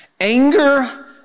Anger